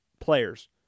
players